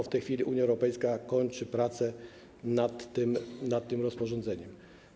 W tej chwili Unia Europejska kończy prace nad tym rozporządzeniem.